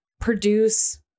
produce